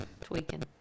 Tweaking